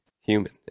human